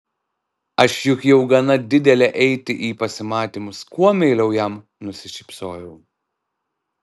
aš juk jau gana didelė eiti į pasimatymus kuo meiliau jam nusišypsojau